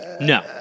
No